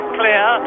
clear